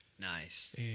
Nice